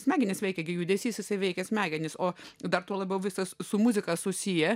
smegenys veikė judesys įveikęs smegenys o dar tuo labiau visas su muzika susiję